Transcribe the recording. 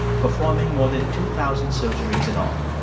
performing more than two thousand surgeries in all.